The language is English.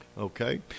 Okay